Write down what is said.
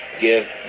give